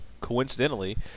coincidentally